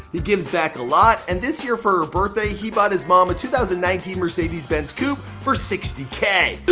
he gives back a lot. and this year for her birthday, he bought his mom a two thousand and nineteen mercedes benz coupe for sixty k